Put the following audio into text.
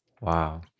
Wow